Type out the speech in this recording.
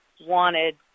wanted